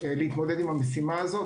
להתמודד עם המשימה הזאת.